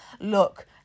Look